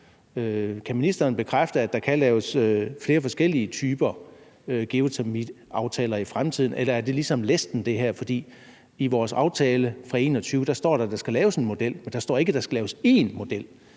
Kan ministeren bekræfte, at der kan laves flere forskellige typer geotermiaftaler i fremtiden – eller er det her ligesom læsten? For i vores aftale fra 2021 står der, at der skal laves en model, men der står ikke, at der skal laves én model.